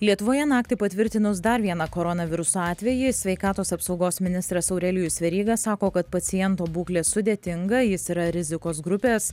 lietuvoje naktį patvirtinus dar vieną koronaviruso atvejį sveikatos apsaugos ministras aurelijus veryga sako kad paciento būklė sudėtinga jis yra rizikos grupės